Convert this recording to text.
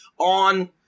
on